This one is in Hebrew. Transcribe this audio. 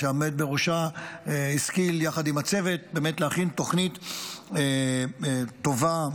שעומד בראשה השכיל יחד עם הצוות להכין תוכנית באמת טובה,